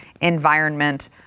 environment